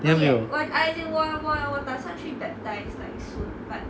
你还没有